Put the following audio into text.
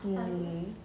um